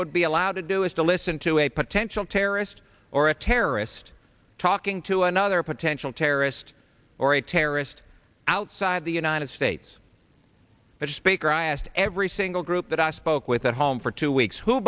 would be allowed to do is to listen to a potential terrorist or a terrorist talking to another potential terrorist or a terrorist outside the united states but as speaker i asked every single group that i spoke with at home for two weeks who